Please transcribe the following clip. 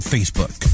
Facebook